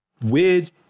Weird